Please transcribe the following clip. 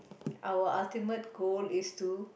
our ultimate goal is to